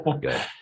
good